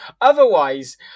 otherwise